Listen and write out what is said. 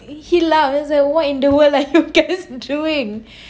he laughed he was like what in the world are you guys doing